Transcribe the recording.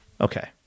Okay